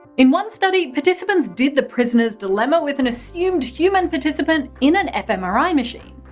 in one study, participants did the prisoner's dilemma with an assumed human participant in an fmri machine.